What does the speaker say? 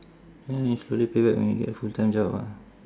ya you slowly pay back when you get a full time job ah